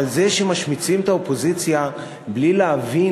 אבל זה שמשמיצים את האופוזיציה בלי להבין